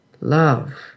love